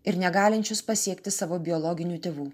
ir negalinčius pasiekti savo biologinių tėvų